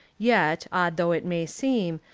yet, odd though it may seem,